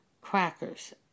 crackers